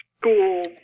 school